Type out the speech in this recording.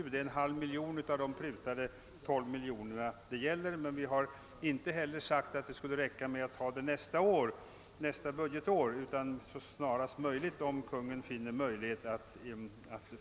Det gäller en halv miljon kronor av de 12 miljoner som prutats, men vi har inte sagt att man skulle anslå denna summa omedelbart utan endast att det bör ske snarast möjligt.